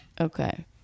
Okay